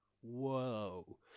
Whoa